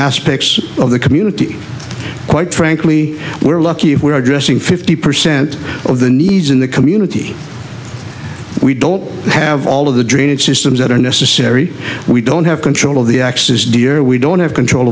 aspects of the community quite frankly we're lucky if we're addressing fifty percent of the needs in the community we don't have all of the drainage systems that are necessary we don't have control of the axes dear we don't have control